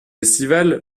estivale